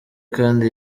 kandi